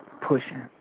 pushing